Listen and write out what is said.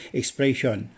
expression